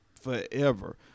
forever